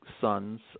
sons